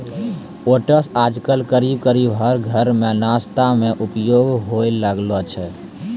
oats आजकल करीब करीब हर घर मॅ नाश्ता मॅ उपयोग होय लागलो छै